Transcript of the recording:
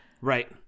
Right